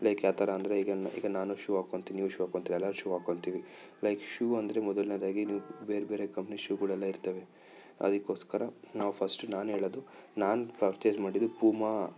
like ಯಾವ ಥರ ಅಂದರೆ ಈಗ ನಾನು ಈಗ ನಾನು ಶೂ ಹಾಕ್ಕೊಂತೀನಿ ನೀವು ಶೂ ಹಾಕ್ಕೊಂತೀರಾ ಎಲ್ಲರು ಶೂ ಹಾಕ್ಕೊಂತೀವಿ ಲೈಕ್ ಶೂ ಅಂದರೆ ಮೊದಲನೇದಾಗಿ ನೀವು ಬೇರೆ ಬೇರೆ ಕಂಪ್ನೀ ಶೂಗಳು ಎಲ್ಲ ಇರ್ತವೆ ಅದಕ್ಕೋಸ್ಕರ ನಾವು ಫಸ್ಟ್ ನಾನು ಹೇಳೋದು ನಾನು ಪರ್ಚೆಸ್ ಮಾಡಿದ್ದು ಪೂಮಾ